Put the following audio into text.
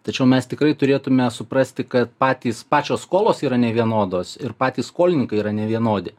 tačiau mes tikrai turėtume suprasti kad patys pačios skolos yra nevienodos ir patys skolininkai yra nevienodi